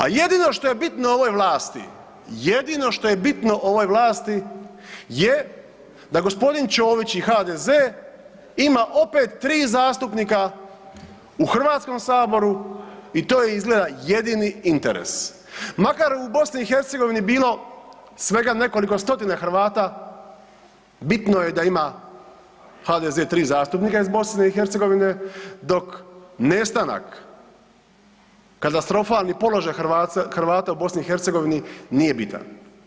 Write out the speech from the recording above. A jedino što je bitno ovoj vlasti, jedino što je bitno ovoj vlasti je da g. Čović i HDZ ima opet 3 zastupnika u HS i to je izgleda jedini interes, makar u BiH bilo svega nekoliko stotina Hrvata, bitno je da ima HDZ 3 zastupnika iz BiH, dok nestanak, katastrofalni položaj Hrvata u BiH nije bitan.